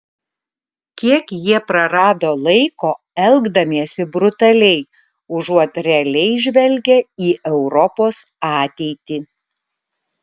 kiek jie prarado laiko elgdamiesi brutaliai užuot realiai žvelgę į europos ateitį